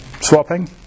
swapping